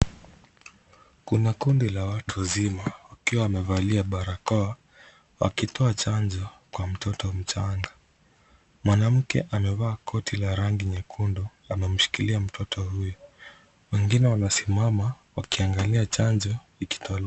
Kuna kundi la watu zima wakiwa wamevalia barakoa wakitoa chanjo kwa mtoto mchanga. Mwanamke amevaa koti la rangi nyekundu amemshikilia mtoto huyu. Wengine wamesimama wakiangalia chanjo ikitolewa.